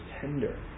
tender